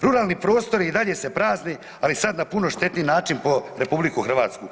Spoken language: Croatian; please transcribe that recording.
Ruralni prostori i dalje se prazne ali sad na puno štetniji način po RH.